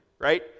right